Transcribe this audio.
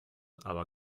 aber